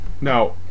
Now